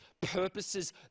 purposes